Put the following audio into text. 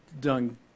done